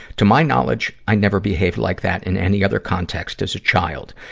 to my knowledge, i never behaved like that in any other context as a child.